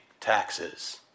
taxes